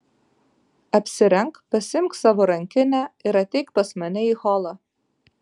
apsirenk pasiimk savo rankinę ir ateik pas mane į holą